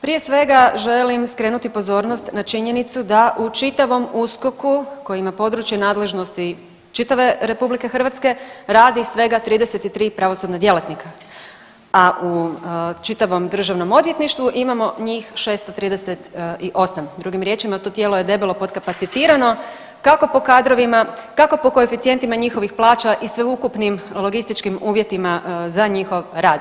Prije svega, želim skrenuti pozornost na činjenicu da u čitavom USKOK-u koji ima područje nadležnosti čitave RH, radi svega 33 pravosudna djelatnika, a u čitavom DORH-u imamo njih 638, drugim riječima, to tijelo je debelo podkapacitirano, kako po kadrovima, kako po koeficijentima njihovih plaća i sveukupnim logističkim uvjetima za njihov rad.